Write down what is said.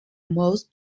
most